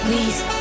Please